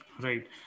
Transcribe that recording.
Right